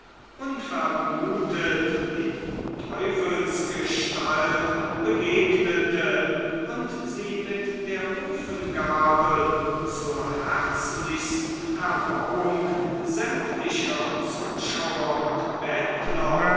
unvermutet in teufelsgestalt begegnete und sie mit der ofengabel zur herzlichsten erbauung sämtlicher zuschauer und bettler